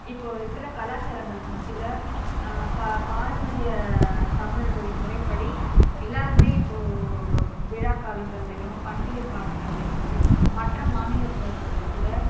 இப்போ இருக்கிற கலாச்சாரங்களுக்கு மத்தியில் பா பாரம்பரிய தமிழர்களின் முறைப்படி எல்லாருமே இப்போ விழாக்காலங்கள்லையும் பண்டிகை காலங்கள்லையும் மற்ற மாநிலத்தவர்கள் கூட